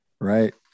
right